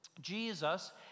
Jesus